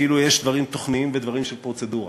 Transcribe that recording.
כאילו יש דברים תוכניים ודברים שהם פרוצדורה.